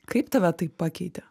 kaip tave tai pakeitė